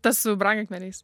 tas su brangakmeniais